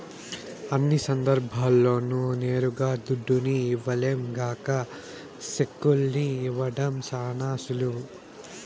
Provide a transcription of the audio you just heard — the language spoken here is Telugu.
అన్ని సందర్భాల్ల్లోనూ నేరుగా దుడ్డుని ఇవ్వలేం గాన సెక్కుల్ని ఇవ్వడం శానా సులువు